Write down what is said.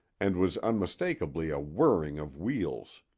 and was unmistakably a whirring of wheels.